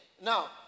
Now